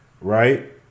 Right